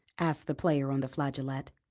asked the player on the flageolet.